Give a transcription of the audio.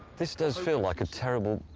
this does feel like a terrible.